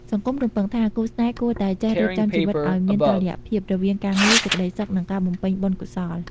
សង្គមរំពឹងថា គូស្នេហ៍គួរតែ "ចេះរៀបចំជីវិតឱ្យមានតុល្យភាព" រវាងការងារ សេចក្ដីសុខ និងការបំពេញបុណ្យកុសល។